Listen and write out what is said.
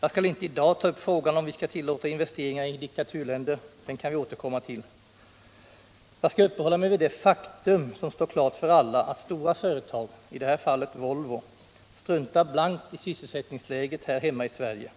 Jag skall inte i dag ta upp frågan om huruvida vi skall tillåta investeringar i diktaturtländer eller inte, den kan vi återkomma till. Jag skall uppehålla mig vid det faktum som står klart för alla, att stora företag, i det här fallet Volvo, struntar blankt i sysselsättningsliget här hemma i Sverige.